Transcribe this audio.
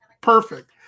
perfect